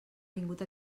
vingut